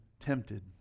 tempted